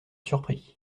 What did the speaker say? surpris